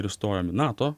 ir įstojom į nato